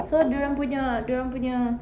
so dorang punya dorang punya